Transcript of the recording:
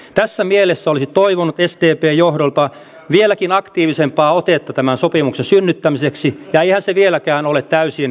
tässä mielessä olisi toivonut sdpn johdolta vieläkin aktiivisempaa otetta tämän sopimuksen synnyttämiseksi ja eihän se vieläkään ole täysin myöhässä